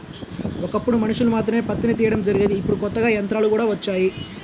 ఒకప్పుడు మనుషులు మాత్రమే పత్తిని తీయడం జరిగేది ఇప్పుడు కొత్తగా యంత్రాలు వచ్చాయి